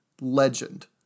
legend